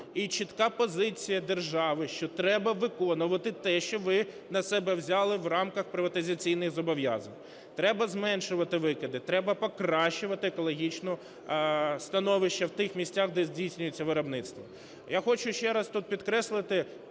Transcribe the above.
і чітка позиція держави, що треба виконувати те, що ви на себе взяли в рамках приватизаційних зобов'язань, треба зменшувати викиди, треба покращувати екологічне становище в тих місцях, де здійснюється виробництво. Я хочу ще раз тут підкреслити